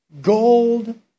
gold